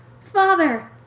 Father